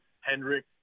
Hendrick